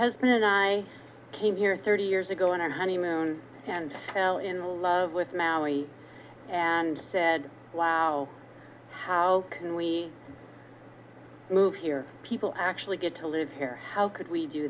husband and i came here thirty years ago on our honeymoon and in love with maui and said wow how can we move here people actually get to live here how could we do